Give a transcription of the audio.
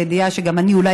בידיעה שגם אני אולי,